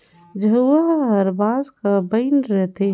झउहा हर बांस कर बइन रहथे